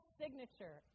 signature